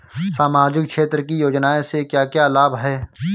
सामाजिक क्षेत्र की योजनाएं से क्या क्या लाभ है?